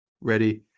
ready